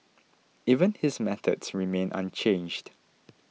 even his methods remain unchanged